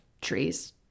trees